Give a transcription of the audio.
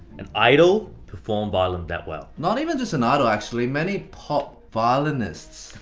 an idol perform violin that well. not even just an idol, actually, many pop violinists.